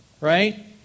right